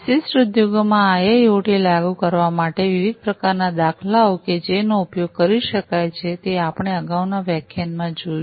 વિશિષ્ટ ઉદ્યોગમાં આઈઆઈઑટી લાગુ કરવા માટે વિવિધ પ્રકારનાં દાખલાઓ કે જેનો ઉપયોગ કરી શકાય છે તે આપણે અગાઉના વ્યાખ્યાનમાં જોયું